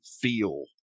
feel